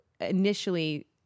initially